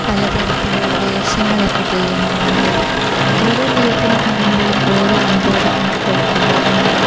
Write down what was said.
പല തരത്തിലുള്ള വേഷങ്ങൾ ഏറ്റ തെയ്യങ്ങൾ ഉണ്ട് ഓരോ തെയ്യത്തിനെ കാണുമ്പോഴും ഓരോ അനുഭവം ഇപ്പോഴും പറയാനുണ്ട്